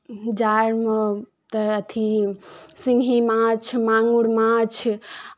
जाड़मे तऽ अथी सिङ्घी माछ माङुर माछ